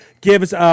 gives